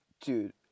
dude